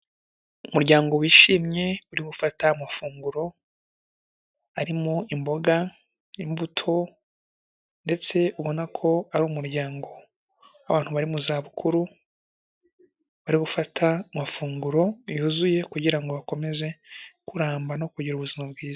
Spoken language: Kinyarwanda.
Umuryango wishimye uri gufata amafunguro arimo imboga imbuto, ndetse ubona ko ari umuryango w'abantu bari mu zabukuru, bari gufata amafunguro yuzuye kugira ngo bakomeze kuramba no kugira ubuzima bwiza.